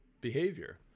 behavior